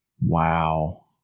Wow